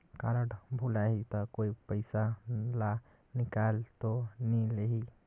Card भुलाही ता कोई पईसा ला निकाल तो नि लेही?